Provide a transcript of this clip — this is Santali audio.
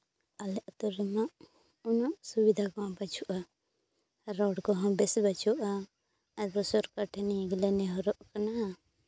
ᱟᱞᱮ ᱟᱛᱳ ᱨᱮᱢᱟ ᱩᱱᱟᱹᱜ ᱥᱩᱵᱤᱫᱷᱟ ᱠᱚᱢᱟ ᱵᱟᱹᱪᱩᱜᱼᱟ ᱨᱳᱰ ᱠᱚᱦᱚᱸ ᱵᱮᱥ ᱵᱟᱹᱪᱩᱜᱼᱟ ᱟᱫᱚ ᱥᱚᱨᱠᱟᱨ ᱴᱷᱮᱱ ᱱᱤᱭᱟᱹ ᱜᱮᱞᱮ ᱱᱮᱦᱚᱨᱚᱜ ᱠᱟᱱᱟ